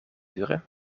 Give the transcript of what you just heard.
duren